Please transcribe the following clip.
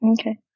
Okay